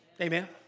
Amen